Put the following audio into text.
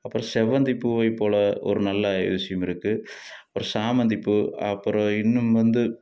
அப்புறம் செவ்வந்திப் பூவை போல ஒரு நல்ல விஷயமிருக்கு அப்புறம் சாமந்திப்பூ அப்புறம் இன்னும் வந்து